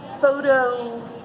photo